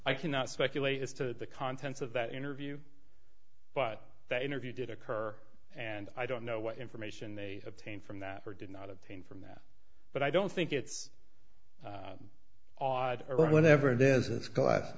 i cannot speculate as to the contents of that interview but that interview did occur and i don't know what information they obtained from that or did not obtain from that but i don't think it's odd or whatever it is